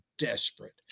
Desperate